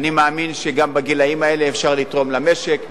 אני מאמין שגם בגילים האלה אפשר לתרום למשק,